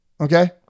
okay